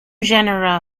genera